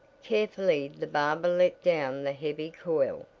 carefully the barber let down the heavy coil.